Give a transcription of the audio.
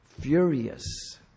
furious